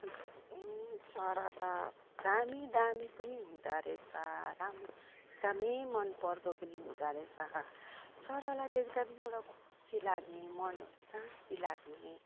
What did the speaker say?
अन्त चाहिँ ए चरा त दामी दामी पनि हुँदो रहेछ राम दामी मन पर्दो पनि हुँदो रहेछ चरालाई देख्दा पनि एउटा खुसी लाग्ने मनहरू शान्ति लाग्ने